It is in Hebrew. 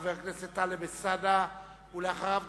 חבר הכנסת טלב אלסאנע, בבקשה.